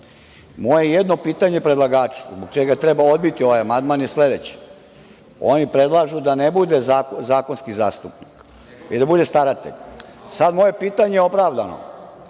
jedno pitanje predlagaču zbog čega treba odbiti ovaj amandman je sledeće. Oni predlažu da ne bude zakonski zastupnik i da bude staratelj. Moje pitanje je opravdano,